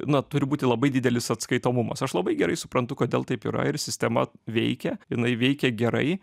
na turi būti labai didelis atskaitomumas aš labai gerai suprantu kodėl taip yra ir sistema veikia jinai veikia gerai